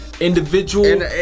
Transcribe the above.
individual